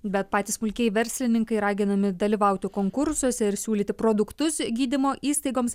bet patys smulkieji verslininkai raginami dalyvauti konkursuose ir siūlyti produktus gydymo įstaigoms